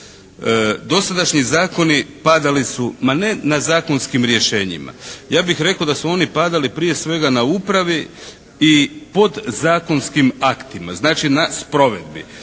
Dosadašnji zakoni padali su ma ne na zakonskim rješenjima. Ja bih rekao da su oni padali prije svega na upravi i podzakonskim aktima. Znači na sprovedbi,